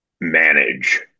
manage